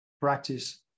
practice